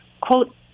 Quote